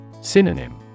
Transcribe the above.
Synonym